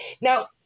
Now